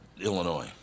illinois